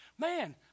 Man